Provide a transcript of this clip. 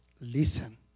Listen